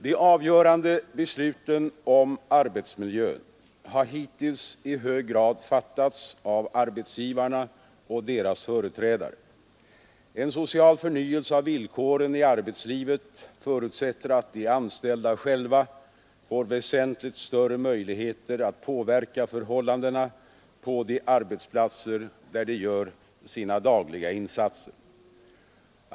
De avgörande besluten om arbetsmiljön har hittills i hög grad fattats av arbetsgivarna och deras företrädare. En social förnyelse av villkoren i arbetslivet förutsätter att de anställda själva får väsentligt större möjligheter att påverka förhållandena på de arbetsplatser där de gör sina dagliga insatser.